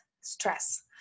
stress